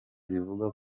zivuga